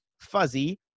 Fuzzy